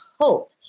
hope